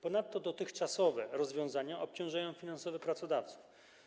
Ponadto dotychczasowe rozwiązania obciążają finansowo pracodawców.